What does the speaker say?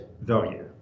value